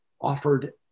offered